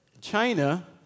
China